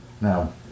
Now